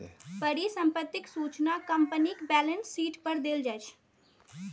परिसंपत्तिक सूचना कंपनीक बैलेंस शीट पर देल जाइ छै